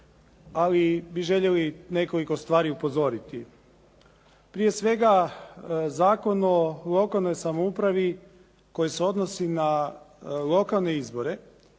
Ali bi željeli nekoliko stvari upozoriti. Prije svega Zakon o lokalnoj samoupravi koji se odnosi na lokalne izbore